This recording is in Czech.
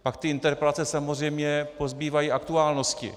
Pak ty interpelace samozřejmě pozbývají aktuálnosti.